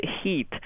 heat